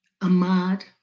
Ahmad